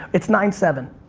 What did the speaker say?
it's ninety seven.